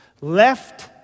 left